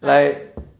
like